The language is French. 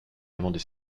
également